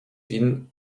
film